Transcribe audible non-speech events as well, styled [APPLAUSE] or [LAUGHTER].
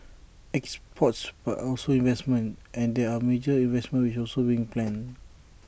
exports but also investments and there are major investments which are solving planned [NOISE]